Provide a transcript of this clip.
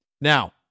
now